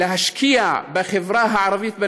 להשקיע בחברה הערבית בנגב,